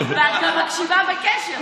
ואת גם מקשיבה בקשב.